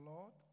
Lord